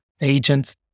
agents